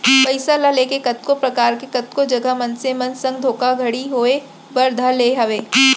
पइसा ल लेके कतको परकार के कतको जघा मनसे मन संग धोखाघड़ी होय बर धर ले हावय